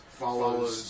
follows